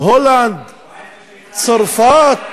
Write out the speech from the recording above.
הולנד, צרפת,